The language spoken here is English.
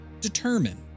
determine